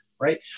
right